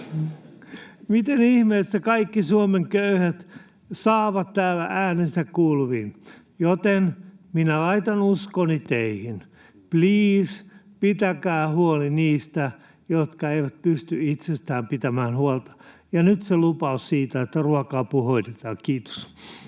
Miten ihmeessä kaikki Suomen köyhät saavat täällä äänensä kuuluviin? Joten laitan uskoni teihin: pliis, pitäkää huoli niistä, jotka eivät pysty itsestään pitämään huolta. Ja nyt se lupaus siitä, että ruoka-apu hoidetaan. — Kiitos.